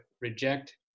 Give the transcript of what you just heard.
reject